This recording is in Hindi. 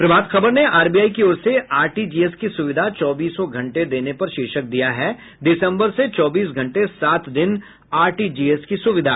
प्रभात खबर ने आरबीआई की ओर से आरटीजीएस की सुविधा चौबीस घंटे देने पर शीर्षक दिया है दिसंबर से चौबीस घंटे सात दिन आरटीजीएस की सुविधा